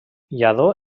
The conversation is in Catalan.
lladó